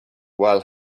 while